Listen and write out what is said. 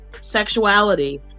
Sexuality